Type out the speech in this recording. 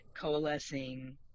coalescing